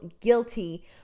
guilty